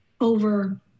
over